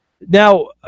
Now